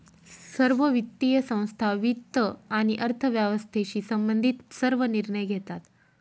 सर्व वित्तीय संस्था वित्त आणि अर्थव्यवस्थेशी संबंधित सर्व निर्णय घेतात